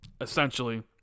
essentially